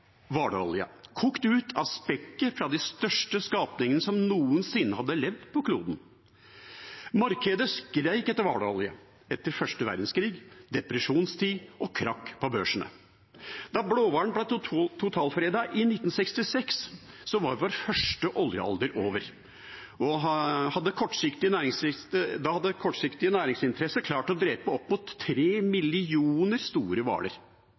hvalolje, kokt ut av spekket fra de største skapningene som noensinne hadde levd på kloden. Markedet skrek etter hvalolje etter første verdenskrig, depresjonstid og krakk på børsene. Da blåhvalen ble totalfredet i 1966, var vår første oljealder over. Da hadde kortsiktige næringsinteresser klart å drepe opp mot tre millioner store